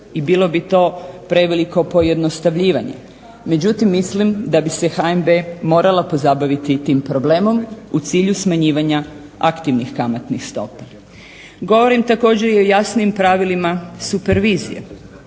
i bilo bi to preveliko pojednostavljivanje. Međutim, mislim da bi se HNB morala pozabaviti tim problemom u cilju smanjivanja aktivnih kamatnih stopa. Govorim također i o jasnim pravilima supervizije.